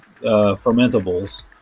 fermentables